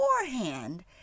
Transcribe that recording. beforehand